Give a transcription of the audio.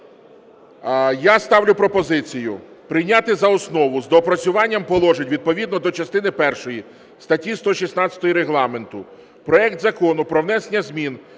Я ставлю пропозицію прийняти за основу з доопрацюванням положень відповідно до частини першої статті 116 Регламенту проект Закону про внесення змін